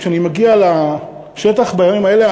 שכשאני מגיע לשטח בימים אלה,